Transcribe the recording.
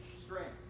strength